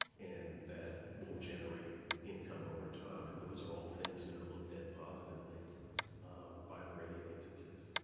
and that will generate income over time. and those are all things that are looked at positively by the rating agencies.